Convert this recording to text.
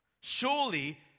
surely